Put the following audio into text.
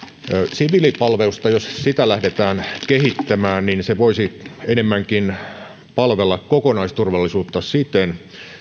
siviilipalvelus jos sitä lähdetään kehittämään voisi palvella enemmänkin kokonaisturvallisuutta siten